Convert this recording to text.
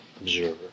observer